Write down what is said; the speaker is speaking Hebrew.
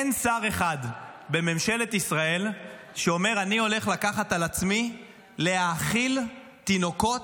אין שר אחד בממשלת ישראל שאומר: אני הולך לקחת על עצמי להאכיל תינוקות